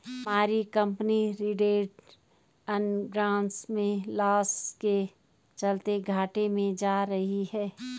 हमारी company retained earnings में loss के चलते घाटे में जा रही है